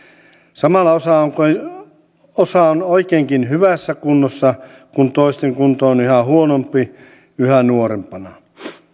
samalla osa on oikeinkin hyvässä kunnossa kun toisten kunto on yhä huonompi yhä nuorempana